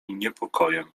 niepokojem